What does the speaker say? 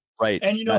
Right